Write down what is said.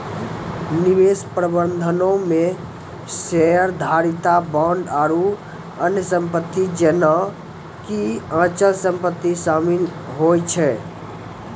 निवेश प्रबंधनो मे शेयरधारिता, बांड आरु अन्य सम्पति जेना कि अचल सम्पति शामिल होय छै